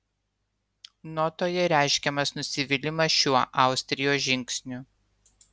notoje reiškiamas nusivylimas šiuo austrijos žingsniu